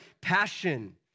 passion